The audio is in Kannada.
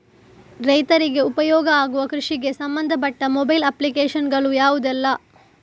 ರೈತರಿಗೆ ಉಪಯೋಗ ಆಗುವ ಕೃಷಿಗೆ ಸಂಬಂಧಪಟ್ಟ ಮೊಬೈಲ್ ಅಪ್ಲಿಕೇಶನ್ ಗಳು ಯಾವುದೆಲ್ಲ?